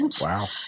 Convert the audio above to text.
Wow